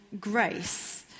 grace